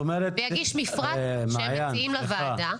ויגיש מפרט שהם מציעים לוועדה.